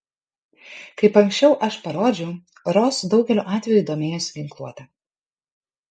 kaip ankščiau aš parodžiau ros daugeliu atvejų domėjosi ginkluote